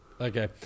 Okay